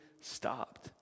stopped